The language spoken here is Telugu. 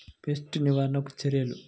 పెస్ట్ నివారణకు చర్యలు?